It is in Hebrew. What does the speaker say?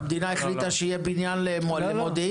המדינה החליטה שיהיה בניין למודיעין?